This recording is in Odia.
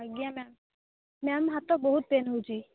ଆଜ୍ଞା ମ୍ୟାମ୍ ମ୍ୟାମ୍ ହାତ ବହୁତ ପେନ୍ ହେଉଛି